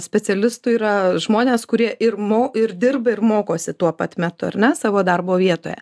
specialistų yra žmonės kurie ir mo ir dirba ir mokosi tuo pat metu ar ne savo darbo vietoje